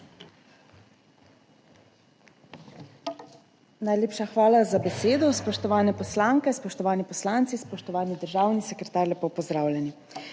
Najlepša hvala za besedo. Spoštovane poslanke, spoštovani poslanci, spoštovani državni sekretar, lepo pozdravljeni!